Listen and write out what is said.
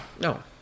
no